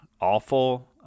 awful